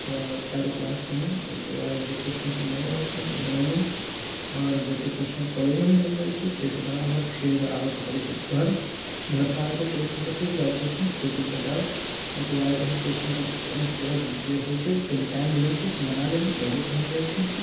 तऽ चारू क्लास केलहुँ अइके बाद जे क्वेस्चन सब नहि अबै छै से बनेलहुँ आओर जते क्वेस्चन कॉलेजमे मिलल जाइ छै से सब बनाके फेर आबैके पड़ै छै घर घरपर आबिके फ्रेश भऽ कऽ फेर जायब कोचिंग कोचिंगपर जाउ ओइके ओहे क्वेस्चन सब कनिक देर जे होइ छै कनिक टाइम रहै छै तऽ बना लेलहुँ पहिले पहुँच जाइ छी हमसब